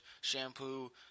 shampoo